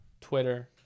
Twitter